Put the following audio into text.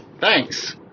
Thanks